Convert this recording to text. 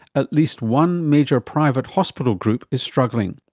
at least one major private hospital group is struggling.